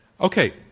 Okay